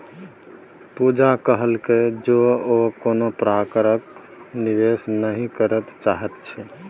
पूजा कहलकै जे ओ कोनो प्रकारक निवेश नहि करय चाहैत छै